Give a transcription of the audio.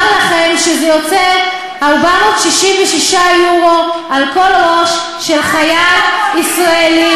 אומר לכם שזה יוצא 466 יורו על כל ראש של חייל ישראלי.